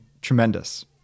tremendous